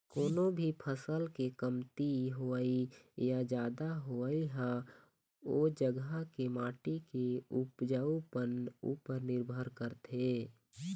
कोनो भी फसल के कमती होवई या जादा होवई ह ओ जघा के माटी के उपजउपन उपर निरभर करथे